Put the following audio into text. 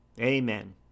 Amen